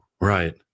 Right